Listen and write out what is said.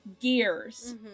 Gears